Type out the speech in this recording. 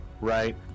right